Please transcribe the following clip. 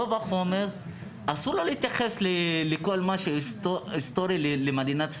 לרוב החומר אסור להתייחס למה שהיסטורי למדינת ישראל.